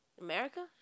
America